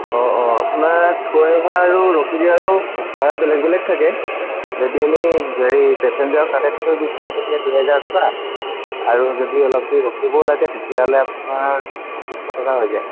অঁ অঁ আপোনাক থৈ অহা আৰু ৰখি দিয়া আৰু ভাড়া বেলেগ বেলেগ থাকে যদি আমি গাড়ী পেচেঞ্জাৰক তাতে থৈ গুচি আহোঁ তেতিয়া দুহেজাৰ টকা আৰু যদি অলপ দেৰি ৰখিবও লাগে তেতিয়াহ'লে আপোনাৰ পঁচিছশ টকা হৈ যায়